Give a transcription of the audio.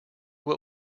what